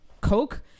Coke